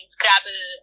Scrabble